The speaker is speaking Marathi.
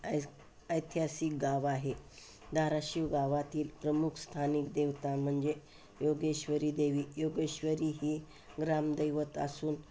ऐ ऐतिहासिक गाव आहे धाराशिव गावातील प्रमुख स्थानिक देवता म्हणजे योगेश्वरी देवी योगेश्वरी ही ग्रामदैवत असून